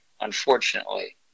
unfortunately